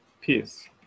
peace